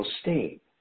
state